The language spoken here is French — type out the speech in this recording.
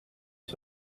que